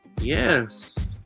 Yes